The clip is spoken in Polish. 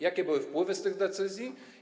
Jakie były wpływy z tych decyzji?